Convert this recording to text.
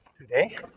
today